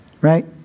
Right